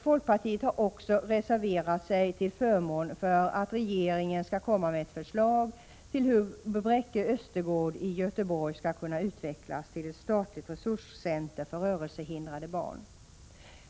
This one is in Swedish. Folkpartiet har också reserverat sig till förmån för att regeringen skall komma med ett förslag till hur Bräcke Östergård i Göteborg skall kunna utvecklas till ett statligt resurscenter för rörelsehindrade barn.